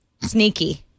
sneaky